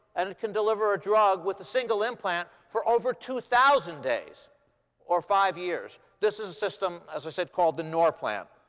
and it can deliver a drug with a single implant for over two thousand days or five years. this is a system, as i said, called the norplant.